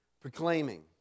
Proclaiming